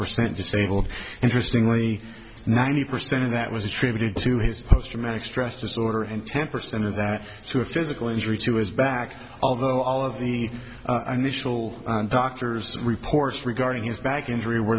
percent disabled interestingly ninety percent of that was attributed to his post traumatic stress disorder and ten percent of that to a physical injury to his back although all of the initial doctors reports regarding his back injury were